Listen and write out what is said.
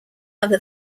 other